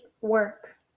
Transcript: work